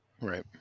right